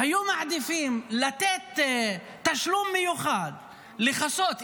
היו מעדיפים לתת תשלום מיוחד כדי לכסות,